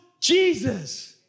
Jesus